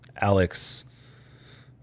Alex